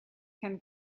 can